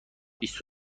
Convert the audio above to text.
بیست